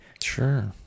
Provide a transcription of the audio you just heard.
sure